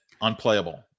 Unplayable